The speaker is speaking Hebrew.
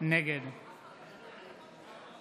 נגד